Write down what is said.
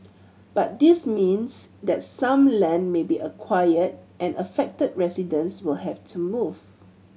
but this means that some land may be acquired and affected residents will have to move